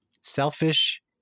selfish